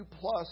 plus